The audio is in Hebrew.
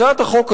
הצעת החוק הזאת,